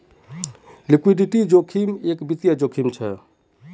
liquidity जोखिम एक वित्तिय जोखिम छे